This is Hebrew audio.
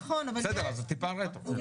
נכון, אבל --- זה טיפה רטרואקטיבית.